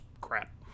crap